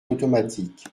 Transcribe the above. automatique